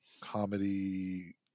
comedy